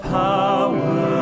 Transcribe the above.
power